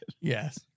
Yes